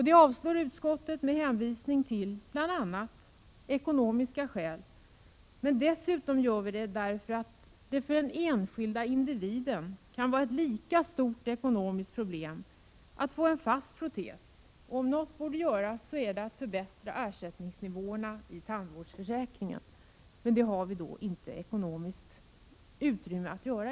Det avstyrker utskottet med hänvisning till bl.a. ekonomiska skäl. Dessutom avstyrker utskottet förslaget därför att det för den enskilde individen kan vara ett lika stort ekonomiskt problem att få en fast protes. Om något borde göras, så är det att förbättra ersättningsnivåerna i tandvårdsförsäkringen. Men det har vi i dag inte ekonomiskt utrymme för.